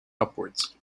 upwards